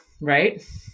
right